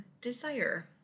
desire